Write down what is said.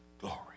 Glory